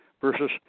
versus